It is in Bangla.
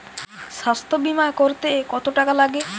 স্বাস্থ্যবীমা করতে কত টাকা লাগে?